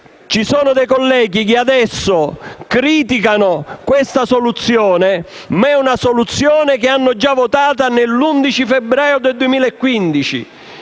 Ci sono dei colleghi che adesso criticano questa soluzione; ma si tratta di una soluzione che hanno già votato l'11 febbraio 2015,